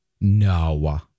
No